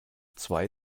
zwei